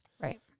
Right